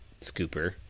scooper